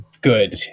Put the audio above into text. good